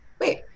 wait